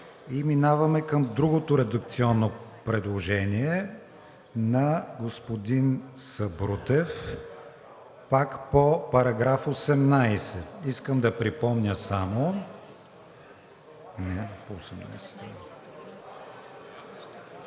преминаваме към другото редакционно предложение на господин Сабрутев, пак по § 18. Искам да припомня само, неговото